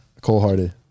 Cold-hearted